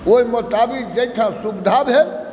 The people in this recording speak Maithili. ओहि मुताबिक जाहिठाम सुविधा भेल